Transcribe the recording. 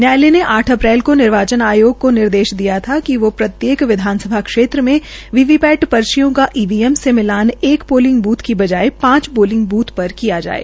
न्यायालय ने आठ अप्रैल को निर्वाचन आयोग को निर्देश दिया था कि प्रत्येक विधानसभा क्षेत्र में वीवीपैट पर्चियों का ईवीएम से मिलान एक पोलिंग ब्थ के बजाये पांच पोलिंग बूथ पर किया जाये